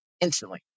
instantly